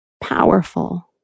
powerful